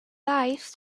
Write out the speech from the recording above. lives